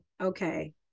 okay